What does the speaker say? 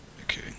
Okay